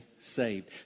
saved